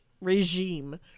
regime